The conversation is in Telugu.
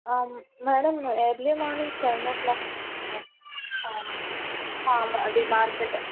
మేడం ఎర్లీ మార్నింగ్ సెవెన్ ఓ క్లాక్కి మేడం ఫార్మ్ అది మార్కెట్